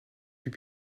plus